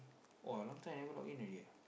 !wah! I long time never login already ah